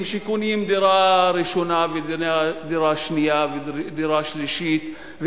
שקונים דירה ראשונה ודירה שנייה ודירה שלישית,